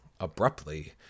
abruptly